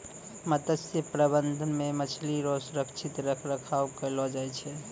मत्स्य प्रबंधन मे मछली रो सुरक्षित रख रखाव करलो जाय छै